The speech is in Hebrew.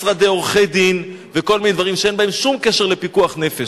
משרדי עורכי-דין וכל מיני דברים שאין בהם שום קשר לפיקוח נפש.